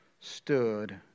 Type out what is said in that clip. stood